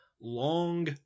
long